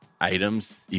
items